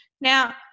Now